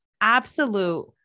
absolute